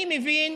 אני מבין